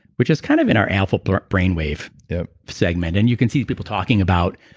which is kind of in our alpha brainwave segment. and you can see people talking about,